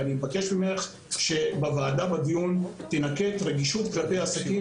ואני מבקש ממך שבדיון בוועדה תינקט רגישות כלפי עסקים